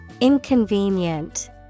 Inconvenient